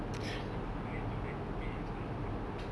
because singaporeans don't like to pay extra for anything